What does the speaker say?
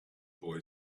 boy